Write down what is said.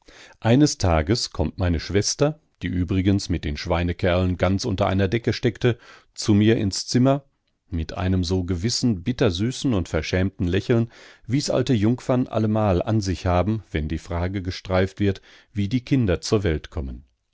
eines tages kommt meine schwester die übrigens mit den schweinekerlen ganz unter einer decke steckte zu mir ins zimmer mit einem so gewissen bittersüßen und verschämten lächeln wie's alte jungfern allemal an sich haben wenn die frage gestreift wird wie die kinder zur welt kommen